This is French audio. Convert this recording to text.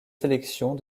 sélections